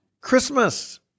Christmas